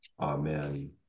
Amen